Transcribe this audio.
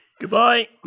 goodbye